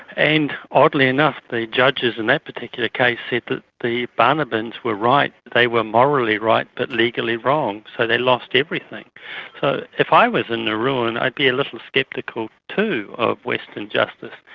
and oddly enough the judges in that particular case said that the banabans were right, they were morally right but legally wrong, so they lost everything. so if i was a nauruan i'd be a little sceptical too of western justice.